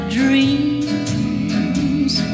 dreams